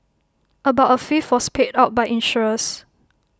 about A fifth was paid out by insurers